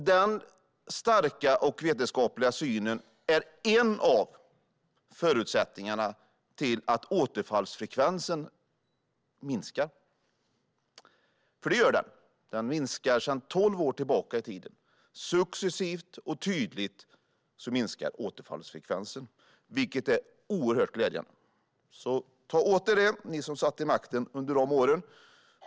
Denna starka och vetenskapliga syn är en av anledningarna till att återfallsfrekvensen minskar. Det gör den nämligen; den minskar sedan tolv år. Återfallsfrekvensen minskar successivt och tydligt, vilket är oerhört glädjande. Ta till er det, ni som suttit vid makten under dessa år!